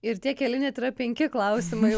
ir tie keli net yra penki klausimai